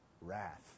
wrath